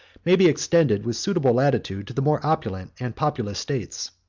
may be extended with suitable latitude to the more opulent and populous states.